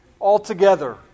altogether